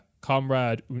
comrade